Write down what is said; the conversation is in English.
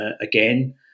again